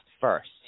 first